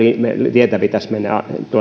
tietä pitäisi mennä